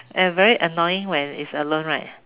very annoying when it's alone right